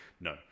No